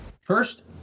First